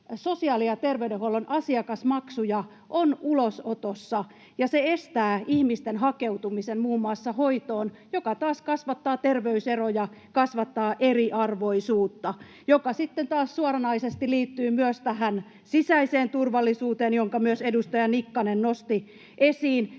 sosiaali- ja terveydenhuollon asiakasmaksuja on ulosotossa, ja se estää ihmisten hakeutumisen muun muassa hoitoon, mikä taas kasvattaa terveyseroja, kasvattaa eriarvoisuutta, mikä sitten taas suoranaisesti liittyy myös tähän sisäiseen turvallisuuteen, jonka myös edustaja Nikkanen nosti esiin.